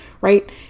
right